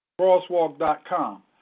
crosswalk.com